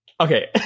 okay